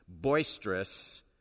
boisterous